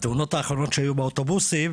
והתאונות האחרונות שהיו באוטובוסים,